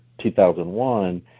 2001